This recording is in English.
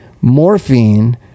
morphine